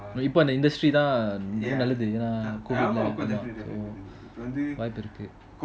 இப்போ அந்த:ipo antha industry oh தான் ரொம்ப நல்லது என்ன:thaan romba nalathu enna COVID lah ஆமா வாய்ப்பு இருக்கு:ama vaipu iruku